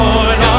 Lord